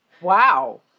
Wow